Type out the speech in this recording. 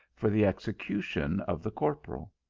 for the execution of the corporal.